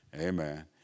Amen